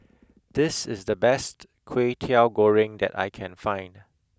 this is the best kwetiau goreng that I can find